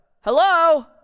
hello